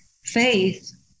Faith